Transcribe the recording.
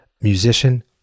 musician